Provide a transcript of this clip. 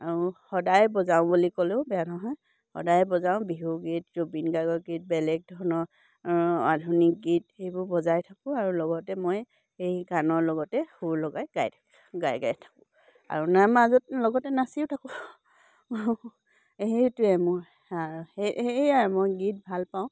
আৰু সদায় বজাওঁ বুলি ক'লেও বেয়া নহয় সদায় বজাওঁ বিহু গীত জবীন গাৰ্গৰ গীত বেলেগ ধৰণৰ আধুনিক গীত সেইবোৰ বজাই থাকোঁ আৰু লগতে মই সেই গানৰ লগতে সুৰ লগাই গাই গাই গাই থাকোঁ আৰু নাৰ মাজত লগতে নাচিও থাকোঁ সেইটোৱে মোৰ সেই সেয়াই মই গীত ভাল পাওঁ